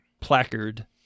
placard